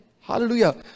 Hallelujah